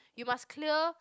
you must clear